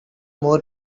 more